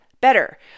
better